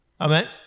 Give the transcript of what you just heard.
Amen